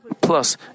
Plus